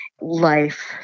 life